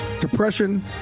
Depression